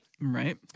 Right